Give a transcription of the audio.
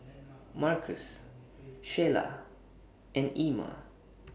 Marcos Sheyla and Ima